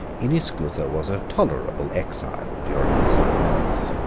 innisgluther was a tolerable exile during the summer months.